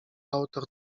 autor